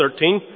2013